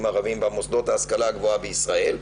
ערביים במוסדות להשכלה הגבוהה בישראל,